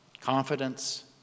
confidence